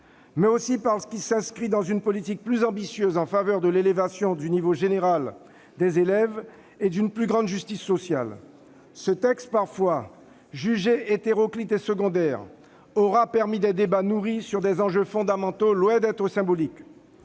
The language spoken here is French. parce que ce texte s'inscrit dans une politique plus ambitieuse en faveur de l'élévation du niveau général des élèves et d'une plus grande justice sociale. Ce projet de loi, parfois jugé hétéroclite et secondaire, aura permis des débats nourris sur des enjeux fondamentaux, loin d'être symboliques.